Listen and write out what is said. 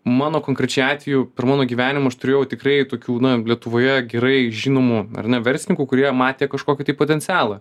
mano konkrečiai atveju per mano gyvenimą aš turėjau tikrai tokių na lietuvoje gerai žinomų ar ne verslininkų kurie matė kažkokį tai potencialą